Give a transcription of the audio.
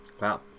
Wow